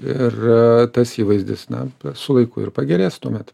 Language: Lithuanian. ir tas įvaizdis na su laiku ir pagerės tuomet